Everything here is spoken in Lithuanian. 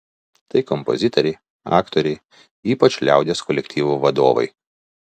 tai kompozitoriai aktoriai ypač liaudies kolektyvų vadovai